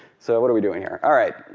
so what are we doing here. all right,